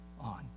on